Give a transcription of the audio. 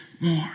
more